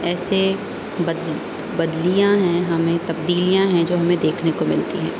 ایسے بدلیاں ہیں ہمیں تبدیلیاں ہیں جو ہمیں دیکھنے کو ملتی ہیں